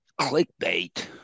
clickbait